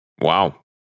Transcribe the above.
Wow